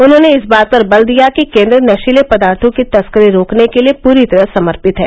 उन्होंने इस बात पर बल दिया कि केन्द्र नशीले पदार्थो की तस्करी रोकने के लिए पूरी तरह समर्पित है